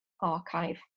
Archive